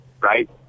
right